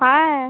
হ্যাঁ